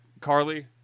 Carly